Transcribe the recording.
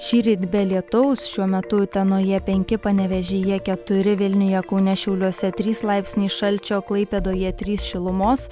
šįryt be lietaus šiuo metu utenoje penki panevėžyje keturi vilniuje kaune šiauliuose trys laipsniai šalčio klaipėdoje trys šilumos